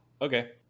Okay